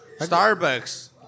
Starbucks